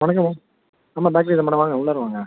வணக்கம்மா நம்ம பேக்கிரி தான் மேடம் வாங்க உள்ளார வாங்க